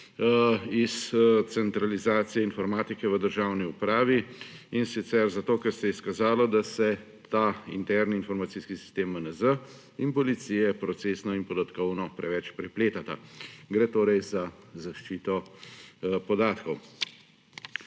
iz centralizacije informatike v državni upravi, in sicer zato, ker se je izkazalo, da se ta interni informacijski sistem MNZ in policije procesno in podatkovno preveč prepletata, gre torej za zaščito podatkov.